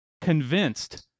convinced